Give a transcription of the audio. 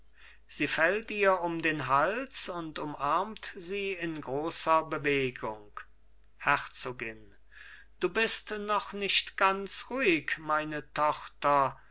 sie fällt ihr um den hals und umarmt sie in großer bewegung herzogin du bist noch nicht ganz ruhig meine tochter